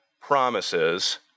promises